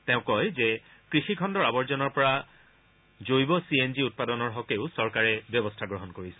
তেওঁ কয় যে কৃষি খণ্ডৰ আৱৰ্জনাৰ পৰা জৈৱ চি এন জি উৎপাদনৰ হকেও চৰকাৰে ব্যৱস্থা গ্ৰহণ কৰিছে